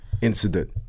incident